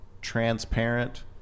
transparent